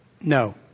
No